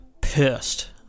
pissed